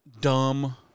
dumb